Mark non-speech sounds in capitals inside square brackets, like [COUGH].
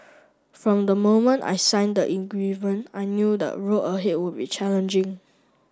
from the moment I sign the [UNINTELLIGIBLE] I knew the road ahead would be challenging